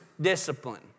discipline